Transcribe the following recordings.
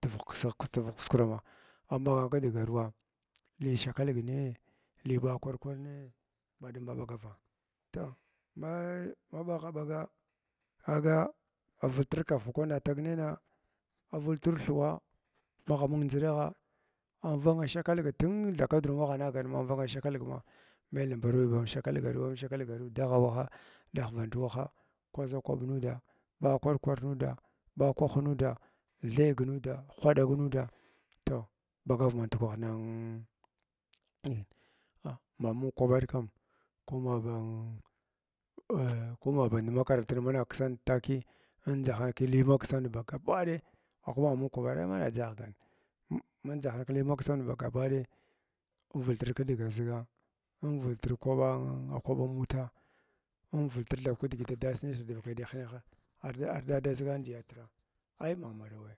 Tivigh kuskurama amɓagan kdgaruwa li shakalbnii li ɓa kwar kwar ni ɓadum ba ɓagava toh ha haɓagha ɓaga kaga avultr kaf kwana tagnayna, avultr thuwa magh mung ndʒiɗagha agh vanga shakalg tun thakadur magh nagan ma vanga shakalgm mai lamburi avanga shalgni bam shakalgaru bam shalagam dagha waha ɗahvant waha kwaʒa kwaɓ nuda ɓa kwar kwar nuda kwah nuda thyəyg nuda hwaɗag nuda toh, ɓagar band kwah nin ah mamung kwaɓar kam komaba umm uhm ko h band makarant in mana ksant takiya andʒahant kli maksand baghbaɗay akwa ha mung kwaɓara mana dʒahgan andʒahang kli maksamd gabaɗay in vultir kdiga ziga in vultur kwaɓa an kwaɓa minta in vultur thab kiʒligiti da dasa nitr dvakai da hineha ar arda daʒigan da yaatra ai ma marawai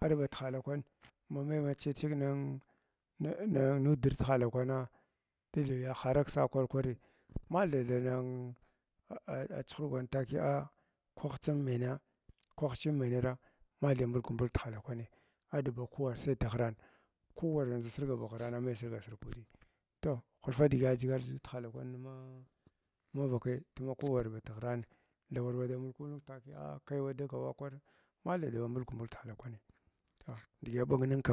aɗbatihala kwan ma mai chiyit chig ning ning nadr tahala kwana ardiʒ hara ksaa kwar kwar kwan ma thai than ma na chuhurgan takiya a kwah tsim menye kwah chin meneyri mathai mulkw mulg tihala kwani aɗba kuwar sai dgharan kuwar ndakwan sirga ba ghrang mai sirga sirg kudiya toh, hulfadigi adʒgar dʒiʒa tihala kwannanma man vakai tuma kuwar badghrana warwa da mulku mulg takiya kai undagawa kwari mathai wu mulku mulg tihala kwani toh digi aɓagning kam